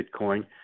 Bitcoin